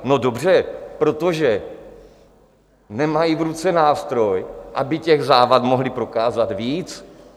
No, dobře, protože nemají v ruce nástroj, aby těch závad mohli prokázat víc.